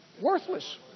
Worthless